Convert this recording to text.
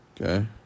Okay